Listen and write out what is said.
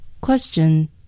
Question